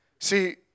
See